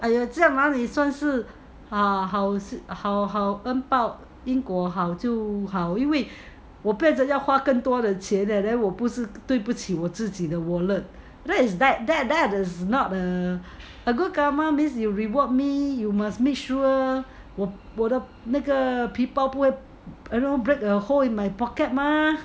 !aiya! 这样你算是好恩报瑛姑好就好因为我不要的话花更多的钱 leh then 我不是对不起我自己的 wallet that is that is not a a good karma means you reward me you must make sure 我的那个皮包不会 break a hole in my pocket mah